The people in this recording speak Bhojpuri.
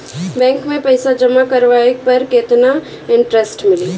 बैंक में पईसा जमा करवाये पर केतना इन्टरेस्ट मिली?